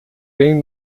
bem